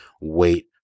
wait